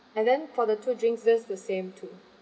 and then for the two drinks just the same two